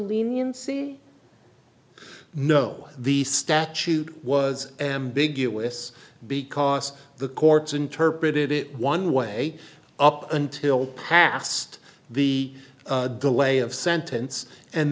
leniency no the statute was ambiguous because the courts interpreted it one way up until past the delay of sentence and